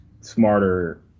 smarter